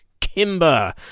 Kimber